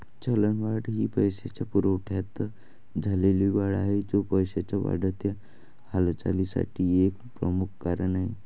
चलनवाढ ही पैशाच्या पुरवठ्यात झालेली वाढ आहे, जो पैशाच्या वाढत्या हालचालीसाठी एक प्रमुख कारण आहे